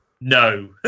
no